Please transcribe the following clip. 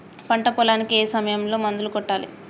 పంట పొలానికి ఏ సమయంలో మందులు కొట్టాలి?